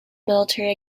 military